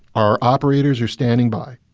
our operators are standing by.